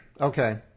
Okay